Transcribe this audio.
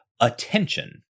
attention